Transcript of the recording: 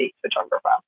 photographer